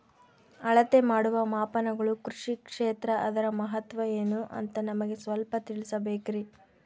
ಅಳತೆ ಮಾಡುವ ಮಾಪನಗಳು ಕೃಷಿ ಕ್ಷೇತ್ರ ಅದರ ಮಹತ್ವ ಏನು ಅಂತ ನಮಗೆ ಸ್ವಲ್ಪ ತಿಳಿಸಬೇಕ್ರಿ?